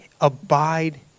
abide